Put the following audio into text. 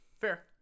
fair